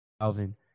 Alvin